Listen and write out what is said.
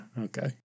okay